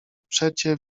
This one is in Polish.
przecie